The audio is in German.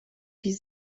die